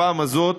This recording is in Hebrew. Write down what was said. הפעם הזאת,